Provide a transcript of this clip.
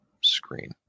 screen